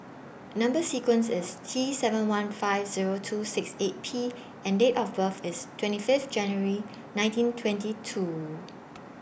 Number sequence IS T seven one five Zero two six eight P and Date of birth IS twenty Fifth January nineteen twenty two